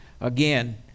Again